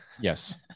Yes